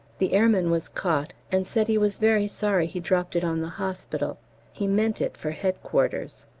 the airman was caught, and said he was very sorry he dropped it on the hospital he meant it for headquarters.